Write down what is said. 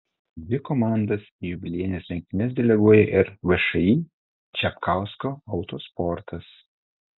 dvi komandas į jubiliejines lenktynes deleguoja ir všį čapkausko autosportas